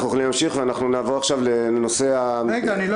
אנחנו יכולים להמשיך ונעבור לנושא הבא.